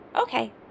okay